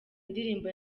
indirimbo